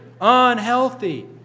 Unhealthy